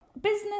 Business